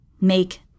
make